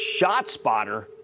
ShotSpotter